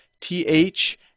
TH